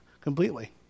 completely